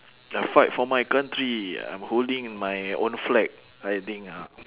the fight for my country I'm holding my own flag riding uh